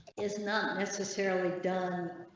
is not necessarily done.